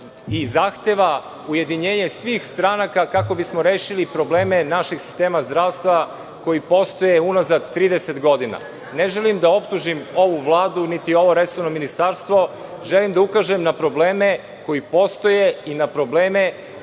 i zahteva ujedinjenje svih stranaka kako bismo rešili probleme našeg sistema zdravstva koji postoje unazad 30 godina. Ne želim da optužim ovu Vladu, niti ovo resorno ministarstvo. Želim da ukažem na probleme koji postoje i probleme